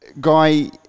Guy